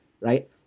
right